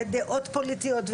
ודעות פוליטיות.